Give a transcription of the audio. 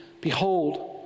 Behold